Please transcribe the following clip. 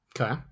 Okay